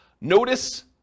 Notice